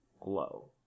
glow